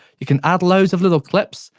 you can adds loads of little clips,